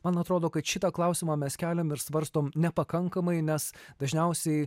man atrodo kad šitą klausimą mes keliam ir svarstom nepakankamai nes dažniausiai